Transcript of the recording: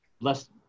less